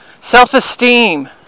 self-esteem